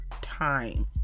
time